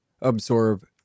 absorb